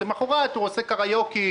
למוחרת הוא עושה קריוקי,